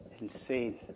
insane